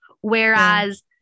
Whereas